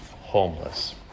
homeless